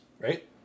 right